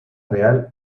real